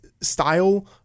style